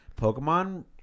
Pokemon